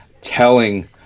telling